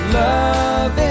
love